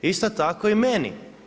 Isto tako i meni.